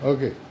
Okay